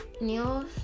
News